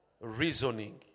reasoning